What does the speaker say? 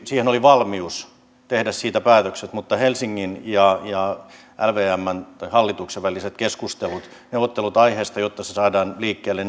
oli valmius tehdä siitä päätökset mutta helsingin ja ja hallituksen väliset neuvottelut aiheesta jotta se saadaan liikkeelle